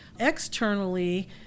Externally